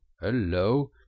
hello